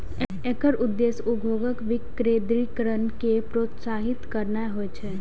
एकर उद्देश्य उद्योगक विकेंद्रीकरण कें प्रोत्साहित करनाय होइ छै